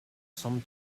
some